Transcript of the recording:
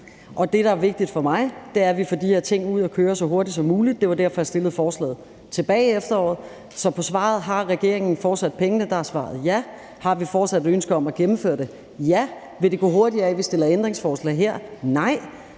Det, der er vigtigt for mig, er, at vi får de her ting ud at køre så hurtigt som muligt. Det var derfor, jeg fremsætte forslaget tilbage i efteråret. Så til spørgsmålet om, hvorvidt regeringen fortsat har pengene, er svaret ja. Har vi fortsat et ønske om at gennemføre det? Ja. Vil det gå hurtigere af, at vi stiller ændringsforslag her? Nej.